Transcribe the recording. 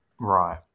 Right